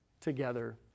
together